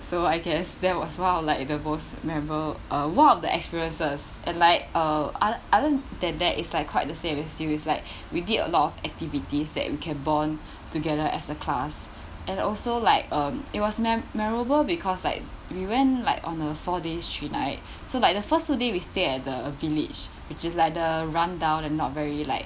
so I guess that was one of like the most memora~ ah one of the experiences and like uh other other than that it's like quite the same as you like we did a lot of activities that we can bond together as a class and also like um it was memorable because like we went like on a four days three night so like the first two days we stay at the village which is like the rundown and not very like